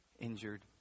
injured